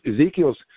Ezekiel's